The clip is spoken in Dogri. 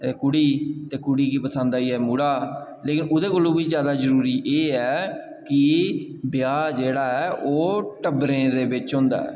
कुड़ी ते कुड़ी गी पसंद आई जाए मुड़ा ते लेकिन ओह्दे कोला बी ज्यादा जरूरी ऐ कि ब्याह् जेह्ड़ा ऐ ओह् टब्बरें दे बिच्च होंदा ऐ